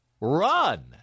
Run